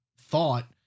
thought